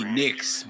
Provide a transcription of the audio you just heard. Knicks